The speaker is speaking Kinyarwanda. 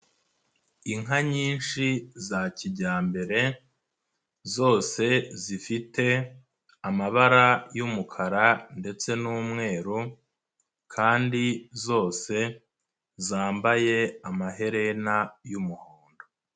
Inka nyinshi za kijyambere zose zifite amabara y'umukara ndetse n'umweru kandi zose zambaye amaherena y'umuhondo.